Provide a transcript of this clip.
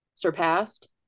Surpassed